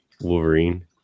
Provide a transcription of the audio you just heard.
Wolverine